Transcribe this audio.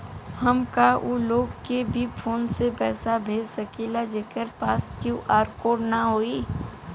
का हम ऊ लोग के भी फोन से पैसा भेज सकीला जेकरे पास क्यू.आर कोड न होई?